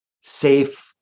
safe